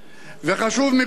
וחשוב מכול,